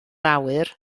awyr